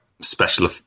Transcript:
special